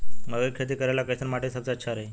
मकई के खेती करेला कैसन माटी सबसे अच्छा रही?